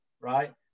right